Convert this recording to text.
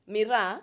Mira